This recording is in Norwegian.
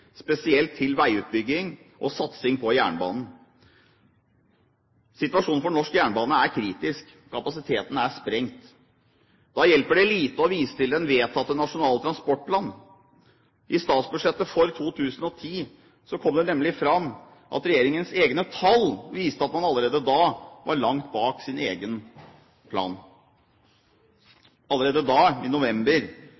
spesielt til veiutbygging og satsing på jernbanen. Situasjonen for norsk jernbane er kritisk. Kapasiteten er sprengt. Da hjelper det lite å vise til den vedtatte Nasjonal transportplan. I statsbudsjettet for 2010 kom det nemlig fram at regjeringens egne tall viste at man allerede da var langt bak sin egen plan.